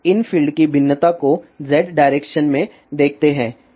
अब इन फील्ड की भिन्नता को z डायरेक्शन में देखते हैं